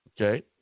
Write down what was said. Okay